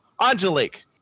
Angelique